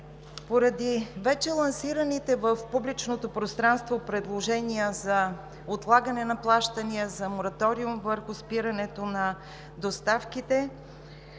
Поради вече лансираните в публичното пространство предложения за отлагане на плащания, за мораториум върху спирането на доставките,